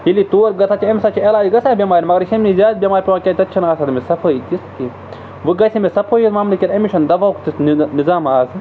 ییٚلہِ یہِ تور گژھان چھِ اَمہِ حظ چھِ علاج گژھان بٮ۪مارِ مگر یہِ چھِ اَمہِ نِش زیادٕ بٮ۪مارِ پٮ۪وان کیٛازِ تَتہِ چھِنہٕ آسان تٔمِس صفٲیی تِتھ کینٛہہ وۄنۍ گژھِ أمِس صفٲیی أمِس چھُنہٕ دَوہُک تیُتھ نہِ نِظام آز